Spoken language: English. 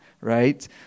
right